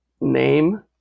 name